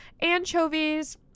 anchovies